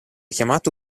chiamato